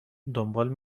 دنبال